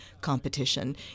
competition